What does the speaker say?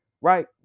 right